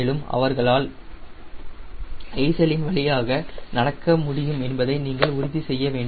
மேலும் அவர்களால் எய்சல் இன் வழியாக நடக்க முடியும் என்பதை நீங்கள் உறுதி செய்ய வேண்டும்